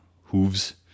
hooves